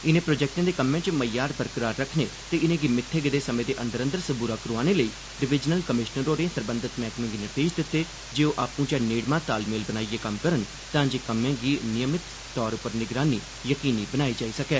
इनें प्रोजेक्टें दे कम्में च मय्यार बरकरार रक्खने ते इनें'गी मित्थे गेदे समें दे अंदर अंदर सबूरा करोआने लेई डिवीजनल कमिशनर होरें सरबंधत मैहकमें गी निर्देश दित्ते न जे ओह आपूं'चै नेड़मा तालमेल बनाइयै कम्म करन तांजे कम्में दी नियमित तौर उप्पर निगरानी यकीनी बनाई जाई सकै